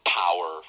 power